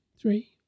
three